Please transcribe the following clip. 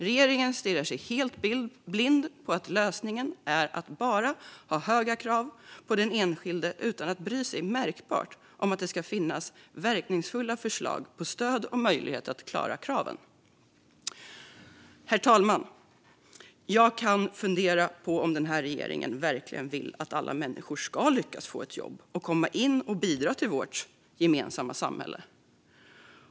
Regeringen stirrar sig helt blind på att lösningen är att ha höga krav på den enskilde och bryr sig märkbart lite om att det också måste finnas verkningsfulla förslag på stöd och möjligheter att klara kraven. Herr talman! Jag undrar om regeringen verkligen vill att alla människor ska lyckas få ett jobb och kunna bidra till vårt gemensamma samhälle.